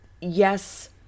yes